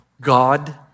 God